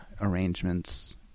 arrangements